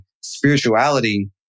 spirituality